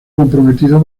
comprometido